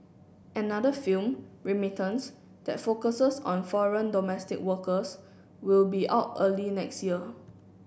another film Remittance that focuses on foreign domestic workers will be out early next year